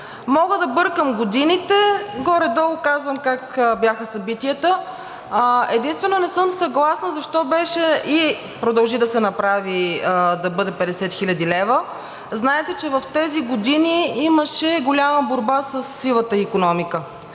Мога да бъркам годините, горе-долу казвам как бяха събитията. Единствено не съм съгласна – защо беше и продължи да се направи да бъде 50 хил. лв. Знаете, че в тези години имаше голяма борба със сивата икономика